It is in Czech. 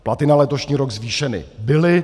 Platy na letošní rok zvýšeny byly.